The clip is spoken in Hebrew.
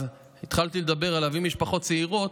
אז התחלתי לדבר על להביא משפחות צעירות.